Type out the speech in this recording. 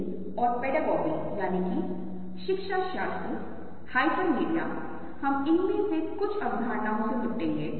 इसलिए मुझे आशा है कि यह हमारा एक दिलचस्प सत्र रहा है और आपने कुछ चीजें सीखी हैं जिनका उपयोग आप दृश्य संचार के संदर्भ में कर सकते हैं